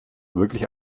wirklich